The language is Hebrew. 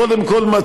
אז קודם כול,